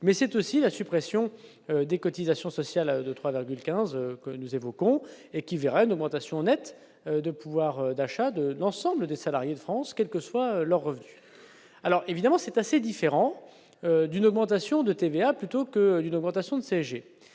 mais c'est aussi la suppression des cotisations sociales de 3 avril 15. Que nous évoquons et qui verra une augmentation nette de pouvoir d'achat de l'ensemble des salariés de France, quelles que soient leurs revenus, alors évidemment c'est assez différent d'une augmentation de TVA, plutôt que d'une augmentation de CSG